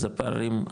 אז הפערים,